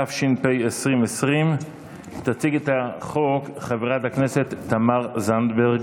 התש"ף 2020. תציג את החוק חברת הכנסת תמר זנדברג.